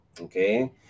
okay